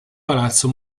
palazzo